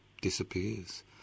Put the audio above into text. disappears